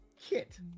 Kit